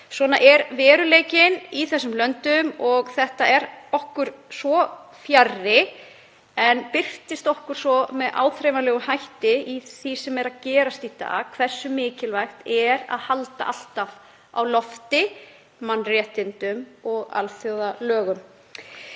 Svona er veruleikinn í þessum löndum og þetta er okkur svo fjarri en birtist okkur með áþreifanlegum hætti í því sem er að gerast í dag og undirstrikar hversu mikilvægt er að halda alltaf á lofti mannréttindum og alþjóðalögum.